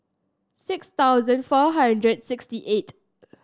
six thousand four hundred sixty eight